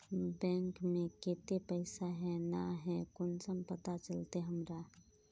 Bank में केते पैसा है ना है कुंसम पता चलते हमरा?